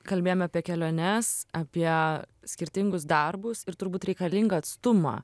kalbėjome apie keliones apie skirtingus darbus ir turbūt reikalingą atstumą